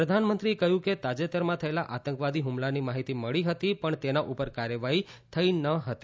પ્રધાનમંત્રીએ કહ્યું કે તાજેતરમાં થયેલા આતંકવાદી હુમલાની માહિતી મળી હતી પણ તેના ઉપર કાર્યવાહી થઇ ન હતી